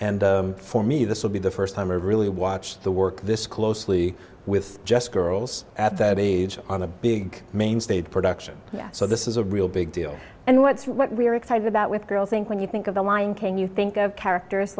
and for me this will be the first time i've really watched the work this closely with just girls at that age on a big main stage production so this is a real big deal and what's what we're excited about with girls inc when you think of the lion king you think of characters